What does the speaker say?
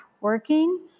working